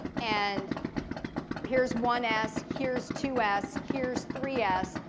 and here's one s. here's two s. here's three s.